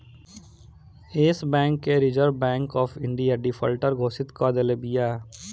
एश Bank के Reserve Bank of India defaulter घोषित कअ देले बिया